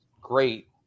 great